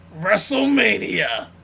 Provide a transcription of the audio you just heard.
Wrestlemania